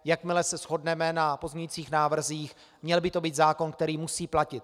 Jakmile se shodneme na pozměňovacích návrzích, měl by to být zákon, který musí platit.